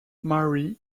mary